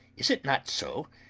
is it not so?